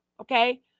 okay